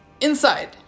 Inside